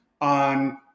on